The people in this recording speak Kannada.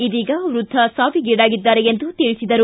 ಇದೀಗ್ ವೃದ್ಧ ಸಾವಿಗೀಡಾಗಿದ್ದಾರೆ ಎಂದು ತಿಳಿಸಿದರು